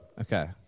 Okay